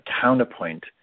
counterpoint